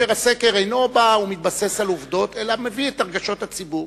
הסקר אינו מתבסס על עובדות אלא מביא את רגשות הציבור.